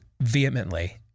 vehemently